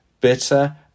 bitter